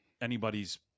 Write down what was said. anybody's